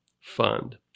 fund